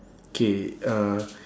K uh